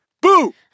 Boo